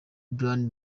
brian